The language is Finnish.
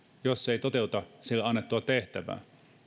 jos se ei toteuta sille annettua tehtävää